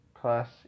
plus